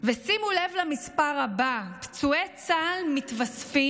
ושימו לב למספר הבא: פצועי צה"ל מתווספים